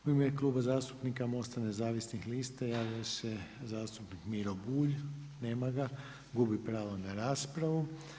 U ime Kluba zastupnika MOST-a nezavisnih lista javio se zastupnik Miro Bulj, nema ga, gubi pravo na raspravu.